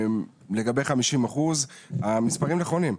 לגבי 50% המספרים נכונים,